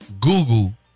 Google